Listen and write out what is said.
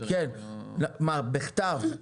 בכתב?